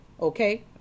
Okay